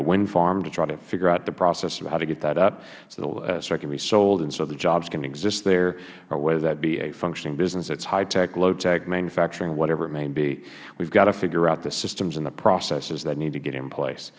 a wind farm to try to figure out the process of how to get that up so it can be sold and so that jobs can exist there or whether that be a functioning business that is high tech low tech manufacturing whatever may be we have got to figure out the systems and the processes that need to be in place